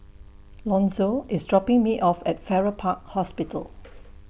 Lonzo IS dropping Me off At Farrer Park Hospital